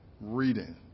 reading